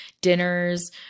dinners